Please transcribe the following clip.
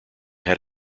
had